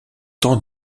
temps